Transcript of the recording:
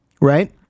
right